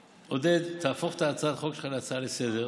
עודד, תהפוך את הצעת החוק שלך להצעה לסדר-היום.